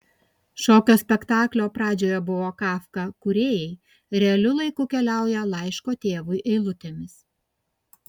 šokio spektaklio pradžioje buvo kafka kūrėjai realiu laiku keliauja laiško tėvui eilutėmis